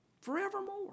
Forevermore